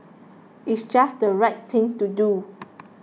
it's just the right thing to do